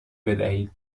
بدهید